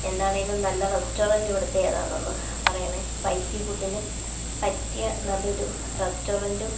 എന്താണെങ്കിലും നല്ല റെസ്റ്റൊറന്റ് ഇവിടുത്തെ ഏതാണ് അതൊന്ന് പറയണേ സ്പൈസീ ഫുഡ്ഡിന് പറ്റിയ നല്ലൊരു റെസ്റ്റൊറൻറ്റും